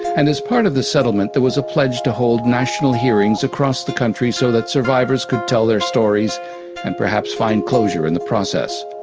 and as part of the settlement there was a pledge to hold national hearings across the country so that survivors could tell their stories and perhaps find closure in the process.